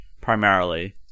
primarily